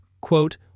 quote